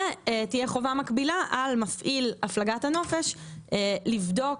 ותהיה חובה מקבילה על מפעיל הפלגת הנופש לבקש